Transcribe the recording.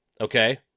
okay